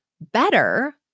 better